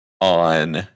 on